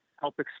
help